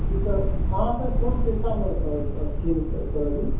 sir अहाँ sir कोन शिक्षामे छियै सर अभी